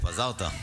התפזרת.